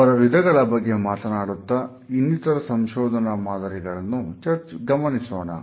ಅವರ ವಿಧಗಳ ಬಗ್ಗೆ ಮಾತನಾಡುತ್ತಾ ಇನ್ನಿತರ ಸಂಶೋಧಕರ ಮಾದರಿಗಳನ್ನು ಗಮನಿಸೋಣ